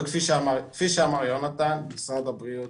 כפי שאמר יונתן, משרד הבריאות